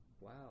wow